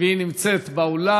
והיא נמצאת באולם.